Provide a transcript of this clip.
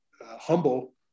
humble